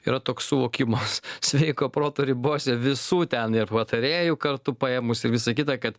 yra toks suvokimas sveiko proto ribose visų ten ir patarėjų kartu paėmus ir visa kita kad